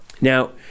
Now